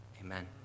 Amen